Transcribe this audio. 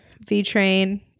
V-Train